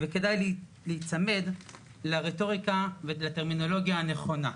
וכדאי להיצמד לרטוריקה ולטרמינולוגיה הנכונה.